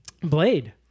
Blade